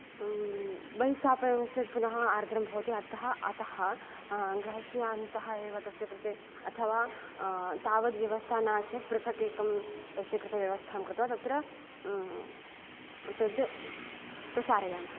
बहिस्थापयमश्चेत् पुनः आर्द्रं भवति अतः अतः गृहस्य अन्तः एव तस्य कृते अथवा तावद् व्यवस्था नास्ति चेत् पृथगेकं तस्य कृते व्यवस्थां कृत्वा तत्र तद् प्रसारयामः